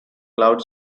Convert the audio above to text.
cloud